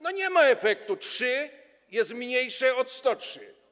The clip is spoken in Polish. Nie ma efektu, 3 jest mniejsze od 103.